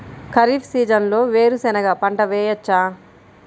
ఖరీఫ్ సీజన్లో వేరు శెనగ పంట వేయచ్చా?